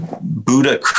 Buddha